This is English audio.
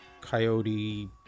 coyote